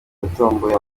yatomboye